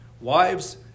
Wives